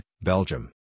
Belgium